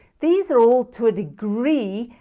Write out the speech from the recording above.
these are all to a degree,